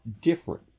different